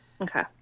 Okay